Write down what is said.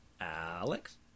Alex